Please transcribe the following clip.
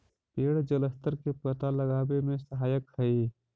पेड़ जलस्तर के पता लगावे में सहायक हई